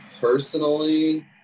personally